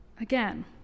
Again